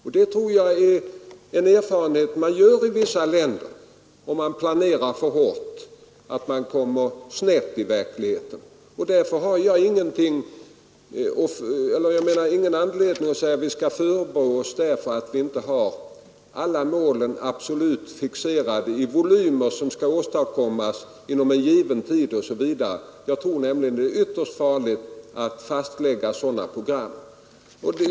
Jag tror också att det är en erfarenhet som man gör i vissa länder, att om man planerar för hårt kommer man snett i verkligheten. Därför finner jag ingen anledning till förebråelser för att inte alla mål är fixerade i volymer som skall uppnås inom en given tid. Jag tror det är ytterst vanskligt att fastlägga sådana program.